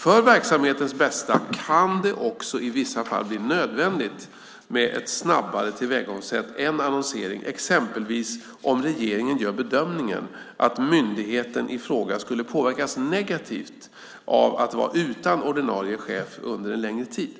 "För verksamhetens bästa kan det också i vissa fall bli nödvändigt med ett snabbare tillvägagångssätt än annonsering, exempelvis om regeringen gör bedömningen att myndigheten ifråga skulle påverkas negativt av att vara utan ordinarie chef under en längre tid."